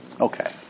Okay